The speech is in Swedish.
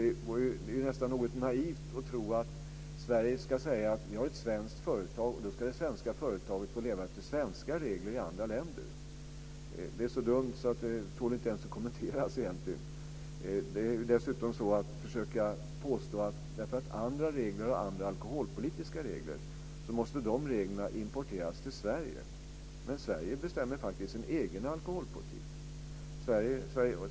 Det vore nästan naivt att tro att Sverige ska säga att det är ett svenskt företag, och då ska det svenska företaget få leva efter svenska regler i andra länder. Det är så dumt att det egentligen inte ens tål att kommenteras. Att andra länder har andra regler och andra alkoholpolitiska regler betyder inte att de därför måste importeras till Sverige. Sverige bestämmer faktiskt sin egen alkoholpolitik.